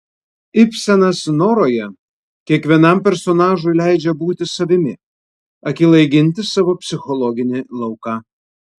ibsenas noroje kiekvienam personažui leidžia būti savimi akylai ginti savo psichologinį lauką